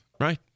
Right